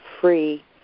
free